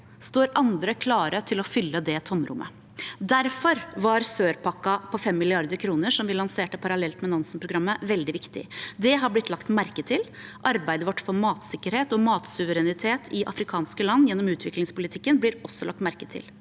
står andre klare til å fylle det tomrommet. Derfor var sør-pakken på 5 mrd. kr, som vi lanserte parallelt med Nansen-programmet, veldig viktig. Det har blitt lagt merke til. Arbeidet vårt for matsikkerhet og matsuverenitet i afrikanske land gjennom utviklingspolitikken blir også lagt merke til.